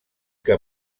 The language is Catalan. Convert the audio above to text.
que